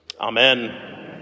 Amen